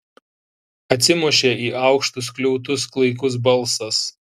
atsimušė į aukštus skliautus klaikus balsas